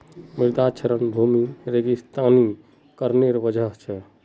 मृदा क्षरण भूमि रेगिस्तानीकरनेर वजह छेक